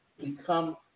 become